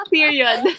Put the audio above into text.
Period